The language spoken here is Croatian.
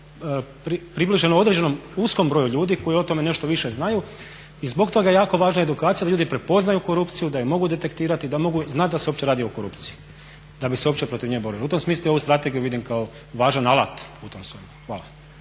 približeno određenom uskom broju ljudi koji o tome nešto više znaju i zbog toga je jako važna edukacija da ljudi prepoznaju korupciju, da je mogu detektirati, da mogu znati da se uopće radi o korupciji, da bi se uopće protiv nje borilo. U tom smislu ja ovu strategiju vidim kao važan alat u